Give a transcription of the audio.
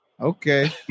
Okay